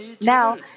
Now